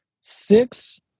Six